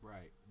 Right